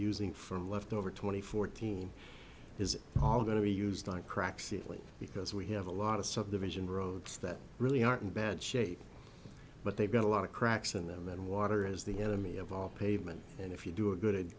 using for leftover twenty fourteen is all going to be used like crack simply because we have a lot of subdivision roads that really aren't in bad shape but they've got a lot of cracks in them and water is the enemy of all pavement and if you do a good